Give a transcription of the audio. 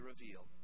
revealed